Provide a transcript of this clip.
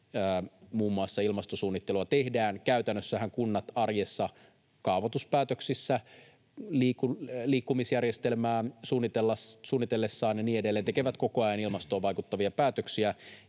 muun muassa ilmastosuunnittelua tehdään. Käytännössähän kunnat arjessa kaavoituspäätöksissä, liikkumisjärjestelmää suunnitellessaan ja niin edelleen tekevät koko ajan ilmastoon vaikuttavia päätöksiä,